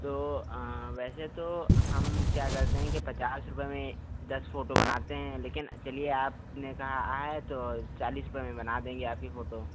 तो वैसे तो हम क्या कहते हैं कि पचास रुपये में दस फोटो बनाते हैं लेकिन चलिए आपने कहा है तो चालिस रुपये में बना देंगे आपकी फोटो